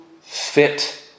fit